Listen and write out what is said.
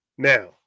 Now